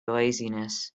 laziness